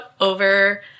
over